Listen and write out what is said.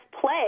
play